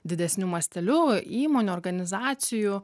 didesniu masteliu įmonių organizacijų